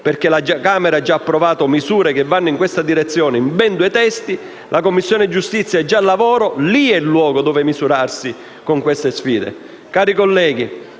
perché la Camera ha già approvato che vanno in questa direzione in ben due testi e la Commissione giustizia è già al lavoro: lì è il luogo in cui misurarsi con queste sfide.